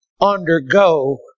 undergo